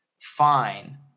fine